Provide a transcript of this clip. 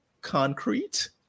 concrete